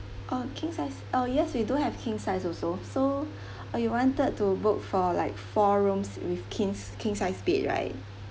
oh king size oh yes we do have king size also so uh you wanted to book for like four rooms with kings king sized right